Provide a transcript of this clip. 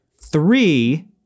three